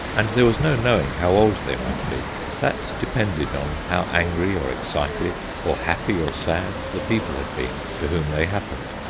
and there was no knowing how old they might be that depended on how angry or excited or happy or sad the people had been to whom they happened.